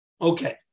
Okay